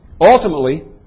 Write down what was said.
ultimately